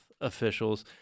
officials